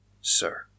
sir